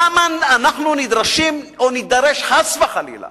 למה אנחנו נדרשים או נידרש חס וחלילה